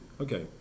Okay